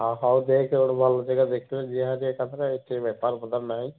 ହଁ ହଉ ଦେଖେ ଗୋଟେ ଭଲ ଜାଗା ଦେଖେ ଯିବା ହେରି ଏକା ଥରକରେ ଏଠି ବେପାର ପତର ନାହିଁ